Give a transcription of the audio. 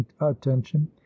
attention